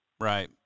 Right